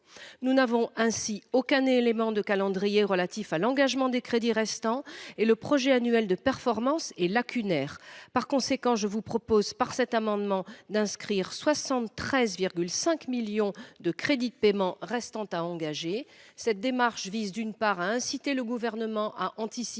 Nous n’avons ainsi aucun élément de calendrier relatif à l’engagement des crédits restants, et le projet annuel de performance est lacunaire. Par conséquent, je vous propose, par cet amendement, d’inscrire les 73,5 millions d’euros de crédits de paiement restant à engager. Cette démarche vise, d’une part, à inciter le Gouvernement à anticiper